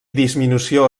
disminució